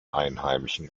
einheimischen